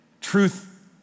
truth